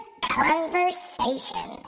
Conversation